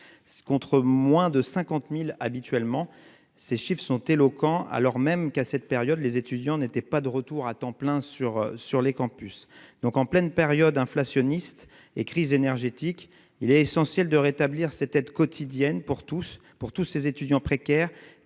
contre moins de 50 000 habituellement. Les chiffres sont éloquents, alors même qu'à cette période les étudiants n'étaient pas de retour à temps plein sur les campus. En pleine période inflationniste et alors que sévit la crise énergétique, il est essentiel de rétablir cette aide quotidienne à destination de tous les étudiants précaires